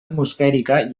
atmosfèrica